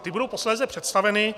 Ty budou posléze představeny.